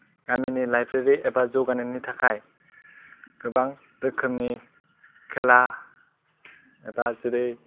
गामिनि लाइब्रेरि एबा जौगानायनि थाखाय गोबां रोखोमनि खेला एबा जेरै